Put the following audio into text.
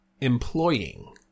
employing